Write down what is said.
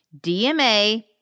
DMA